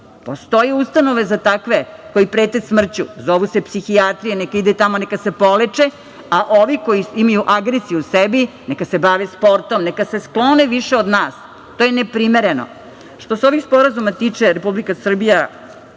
Postoje ustanove za takve koji prete smrću, zovu se psihijatrije, neka idu tamo, neka se leče, a ovi koji imaju agresiju u sebi, neka se bave sportom, neka se sklone više od nas. To je ne primereno. Što se ovih sporazuma tiče, Republika Srbija